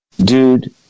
dude